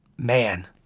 Man